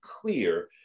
clear